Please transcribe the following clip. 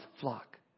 flock